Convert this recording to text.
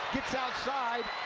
gets outside,